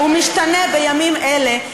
הוא משתנה בימים אלה,